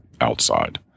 outside